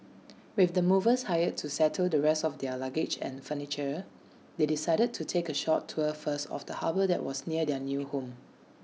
with the movers hired to settle the rest of their luggage and furniture they decided to take A short tour first of the harbour that was near their new home